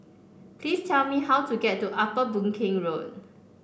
please tell me how to get to Upper Boon Keng Road